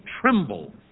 tremble